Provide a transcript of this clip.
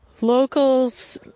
locals